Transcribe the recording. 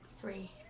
three